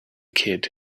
kid